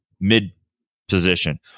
mid-position